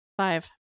five